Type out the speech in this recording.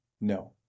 no